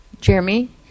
Jeremy